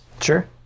Sure